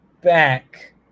back